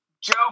Joe